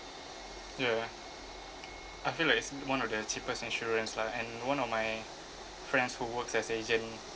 ya I feel like it's one of the cheapest insurance lah and one of my friends who works as agent